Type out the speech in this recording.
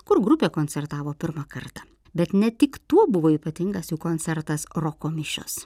kur grupė koncertavo pirmą kartą bet ne tik tuo buvo ypatingas jų koncertas roko mišios